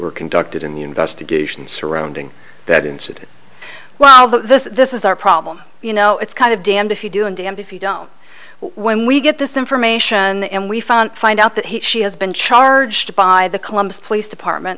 were conducted in the investigation surrounding that incident while the this is our problem you know it's kind of damned if you do and damned if you don't when we get this information and we found find out that she has been charged by the columbus police department